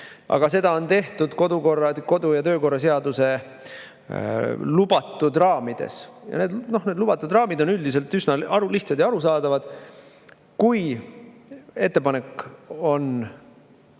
Aga seda on tehtud kodu‑ ja töökorra seaduses lubatud raamides. Lubatud raamid on üldiselt üsna lihtsad ja arusaadavad. Kui ettepanekud on